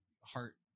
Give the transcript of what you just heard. heart